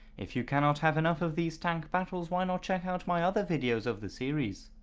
if you cannot have enough of these tank battles, why not check out my other videos of this series.